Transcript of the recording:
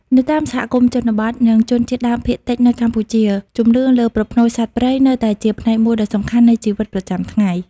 នៅតាមសហគមន៍ជនបទ និងជនជាតិដើមភាគតិចនៅកម្ពុជា ជំនឿលើប្រផ្នូលសត្វព្រៃនៅតែជាផ្នែកមួយដ៏សំខាន់នៃជីវិតប្រចាំថ្ងៃ។